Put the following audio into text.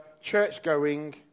church-going